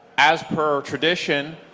as per tradition,